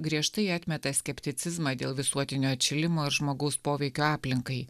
griežtai atmeta skepticizmą dėl visuotinio atšilimo ir žmogaus poveikio aplinkai